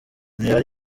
imibare